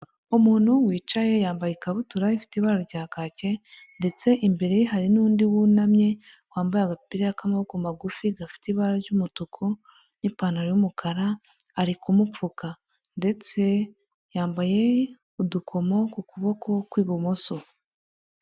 Umuntu wicaye yambaye ikabutura ifite ibara rya kake ndetse imbere ye hari n'undi wunamye wambaye agapira k'amaboko magufi, gafite ibara ry'umutuku n'ipantaro y'umukara ari kumupfuka ndetse yambaye udukomo ku kuboko kw'ibumoso.